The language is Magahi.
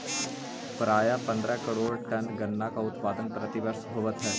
प्रायः पंद्रह करोड़ टन गन्ना का उत्पादन प्रतिवर्ष होवत है